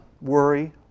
worry